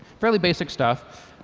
fairly basic stuff.